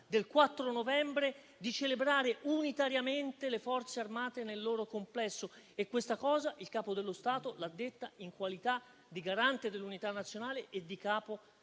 del 4 novembre, di celebrare unitariamente le Forze armate nel loro complesso. E questa cosa il Capo dello Stato l'ha detta in qualità di garante dell'unità nazionale e di capo